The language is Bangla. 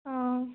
ও